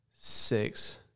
Six